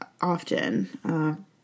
often